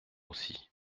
aussi